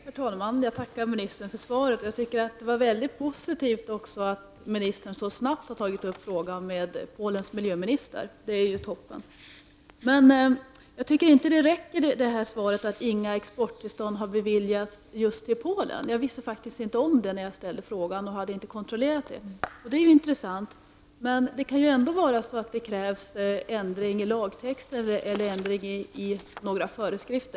Herr talman! Jag tackar ministern för svaret. Jag tycker att det är mycket positivt att ministern så snabbt har tagit upp frågan med Polens miljöminister. Det är toppen. Men jag tycker att det som sägs i svaret om att inga tillstånd för export just Polen har beviljats inte räcker. Jag visste faktiskt inte om det när jag ställde frågan, och jag hade inte heller kontrollerat det. Men det är intressant att få veta. Det kan ju ändå krävas ändring i lagtexter eller i några föreskrifter.